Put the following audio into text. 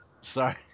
Sorry